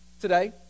today